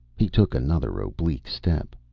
he took another oblique step.